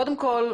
קודם כול,